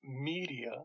Media